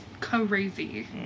crazy